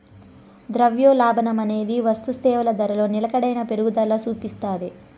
ద్రవ్యోల్బణమనేది వస్తుసేవల ధరలో నిలకడైన పెరుగుదల సూపిస్తాది